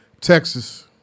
Texas